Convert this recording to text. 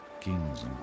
kings